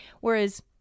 Whereas